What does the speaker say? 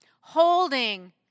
holding